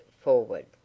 forward